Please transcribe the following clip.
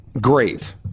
great